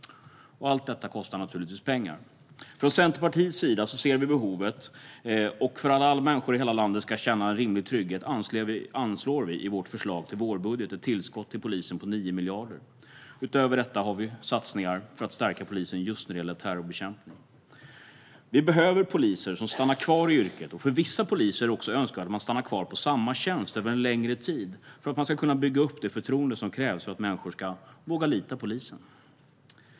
Allt detta kostar naturligtvis pengar. Från Centerpartiets sida ser vi behovet, och för att alla människor i hela landet ska kunna känna en rimlig trygghet anslår vi i vårt förslag till vårbudget ett tillskott till polisen på 9 miljarder. Utöver detta har vi satsningar för att stärka polisen när det gäller just terrorbekämpning. Vi behöver poliser som stannar kvar i yrket. För vissa poliser är det också önskvärt att man stannar kvar på samma tjänst över en längre tid för att man ska kunna bygga upp det förtroende som krävs för att människor ska våga lita på polisen.